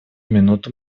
минуту